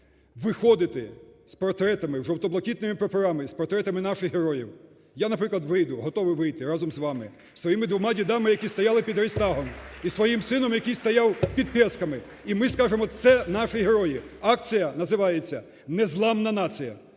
виходити з портретами, з жовто-блакитними прапорами і з портретами наших героїв. Я, наприклад, вийду, готовий вийти разом з вами, із своїми двома дідами, які стояли під Рейхстагом, і своїм сином, який стояв під Пісками, і ми скажемо: це наші герої. Акція називається "Незламна нація".